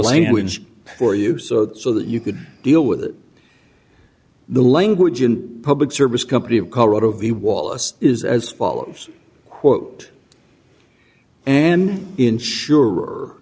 language for you so that you could deal with the language in public service company of colorado v wallace is as follows quote an insure